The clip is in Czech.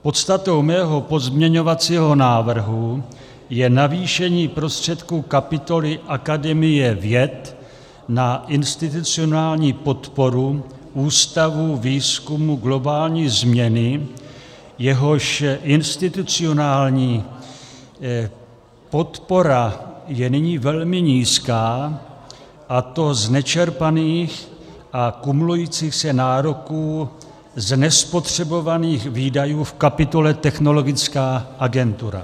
Podstatou mého pozměňovacího návrhu je navýšení prostředků kapitoly Akademie věd na institucionální podporu Ústavu výzkumu globální změny, jehož institucionální podpora je nyní velmi nízká, a to z nečerpaných a kumulujících se nároků z nespotřebovaných výdajů v kapitole Technologická agentura.